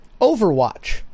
overwatch